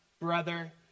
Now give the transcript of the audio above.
brother